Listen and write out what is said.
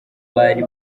bari